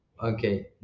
Okay